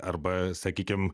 arba sakykim